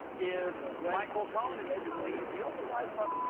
if ah michael cohen is to be believed, he also lies about at